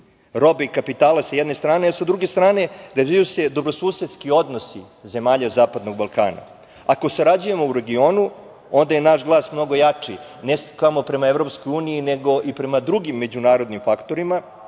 robe i kapitala, sa jedne strane, a sa druge strane razvijaju se dobrosusedski odnosi zemalja zapadnog Balkana. Ako sarađujemo u regionu, onda je naš glas mnogo jači, ne samo prema EU, nego i prema drugim međunarodnim faktorima